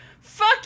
fuck